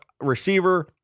receiver